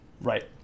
Right